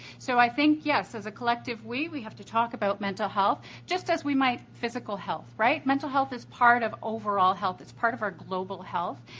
so, i think yes, as a collective we, we have to talk about mental health, just as we might physical health, right? mental health is part of overall health it's part of our global health,